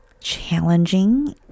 challenging